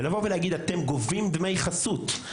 ולבוא ולהגיד: אתם גובים דמי חסות,